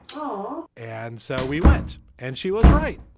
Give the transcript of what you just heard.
but and so we went. and she was right.